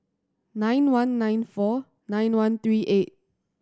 nine one nine four nine one three eight